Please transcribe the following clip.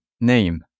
name